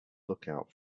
lookout